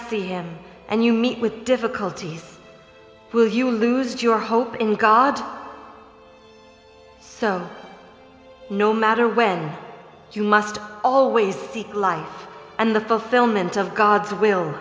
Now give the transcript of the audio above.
see him and you meet with difficulties will you lose your hope in god no matter where you must always see life and the fulfilment of god's will